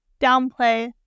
downplay